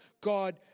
God